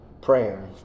prayer